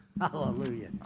Hallelujah